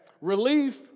Relief